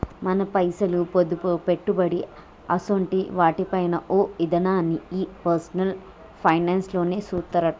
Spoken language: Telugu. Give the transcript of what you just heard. మన పైసలు, పొదుపు, పెట్టుబడి అసోంటి వాటి పైన ఓ ఇదనాన్ని ఈ పర్సనల్ ఫైనాన్స్ లోనే సూత్తరట